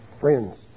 friends